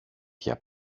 πια